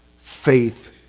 faith